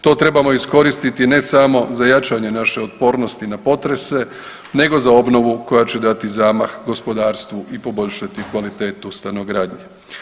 To trebamo iskoristiti ne samo za jačanje naše otpornosti na potrese nego za obnovu koja će dati zamah gospodarstvu i poboljšati kvalitetu stanogradnje.